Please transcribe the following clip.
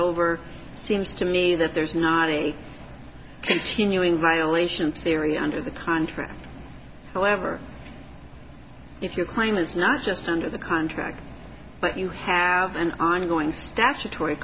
over seems to me that there's not a continuing violation theory under the contract however if your claim is not just under the contract but you have an ongoing statutory